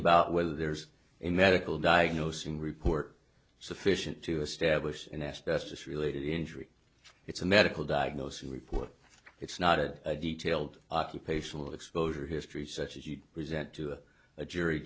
about whether there's a medical diagnosing report sufficient to establish an asbestos related injury it's a medical diagnosis report it's not a detailed occupational exposure history such as you present to a jury